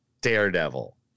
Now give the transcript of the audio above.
Daredevil